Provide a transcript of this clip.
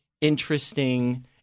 interesting